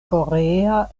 korea